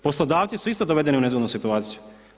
Poslodavci su isto dovedeni u nezgodnu situaciju.